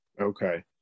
Okay